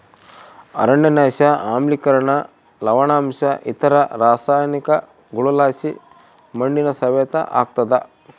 ಅರಣ್ಯನಾಶ ಆಮ್ಲಿಕರಣ ಲವಣಾಂಶ ಇತರ ರಾಸಾಯನಿಕಗುಳುಲಾಸಿ ಮಣ್ಣಿನ ಸವೆತ ಆಗ್ತಾದ